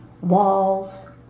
walls